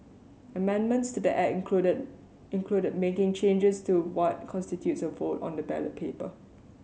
amendments to the Act included included making changes to what constitutes a vote on the ballot paper